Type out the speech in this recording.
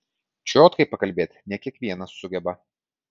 čiotkai pakalbėti ne kiekvienas sugeba